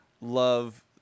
love